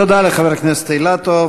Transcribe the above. תודה לחבר הכנסת אילטוב.